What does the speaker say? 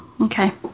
Okay